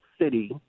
city